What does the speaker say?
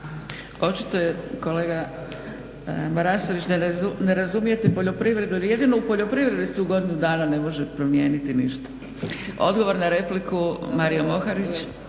Očito je kolega Marasović ne razumijete poljoprivredu, jer jedino u poljoprivredi se u godinu dana ne može promijeniti ništa. Odgovor na repliku, Mario Moharić.